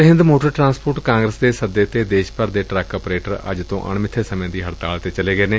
ਕੁਲ ਹਿੰਦ motor transport congress ਦੇ ਸੱਦੇ ਤੇ ਦੇਸ਼ ਭਰ ਦੇ ਟਰੱਕ ਅਪਰੇਟਰ ਅੱਜ ਤੋਂ ਅਣਮਿਥੇ ਸਮੇਂ ਦੀ ਹੜਤਾਲ ਤੇ ਚਲੇ ਗਏ ਨੇ